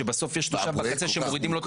שבסוף יש תושב בקצה שמורידים לו את